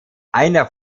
einer